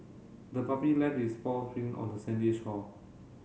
the puppy left its paw print on the sandy shore